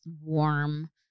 warm